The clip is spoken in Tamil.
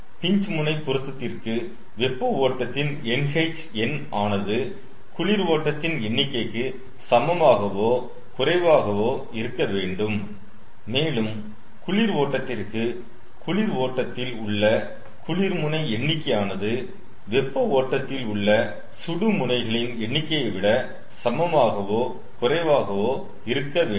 பின்ச் முனை பொருத்தத்திற்கு வெப்ப ஓட்டத்தின் NH எண் ஆனது குளிர் ஓட்டத்தின் எண்ணிக்கைக்கு சமமாகவோ குறைவாகவோ இருக்க வேண்டும் மேலும் குளிர் ஓட்டத்திற்கு குளிர் ஓட்டத்தில் உள்ள குளிர் முனை எண்ணிக்கையானது வெப்ப ஓட்டத்தில் உள்ள சுடு முனைகளின் எண்ணிக்கையைவிட சமமாகவோ குறைவாகவோ இருக்க வேண்டும்